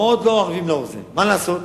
מאוד לא ערבים לאוזן, מה לעשות.